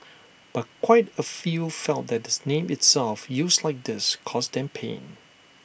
but quite A few felt that this name itself used like this caused them pain